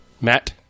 Matt